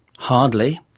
hardly.